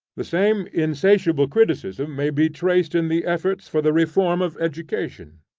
the same insatiable criticism may be traced in the efforts for the reform of education.